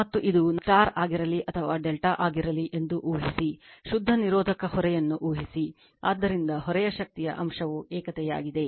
ಮತ್ತು ಇದು ನಕ್ಷತ್ರವಾಗಲಿ ಅಥವಾ ಡೆಲ್ಟಾ ಆಗಿರಲಿ ಎಂದು ಊಹಿಸಿ ಶುದ್ಧ ನಿರೋಧಕ ಹೊರೆಯನ್ನು ಊಹಿಸಿ ಆದ್ದರಿಂದ ಹೊರೆಯ ಶಕ್ತಿಯ ಅಂಶವು ಏಕತೆಯಾಗಿದೆ